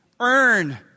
Earn